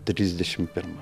trisdešimt pirmą